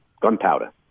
gunpowder